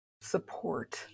support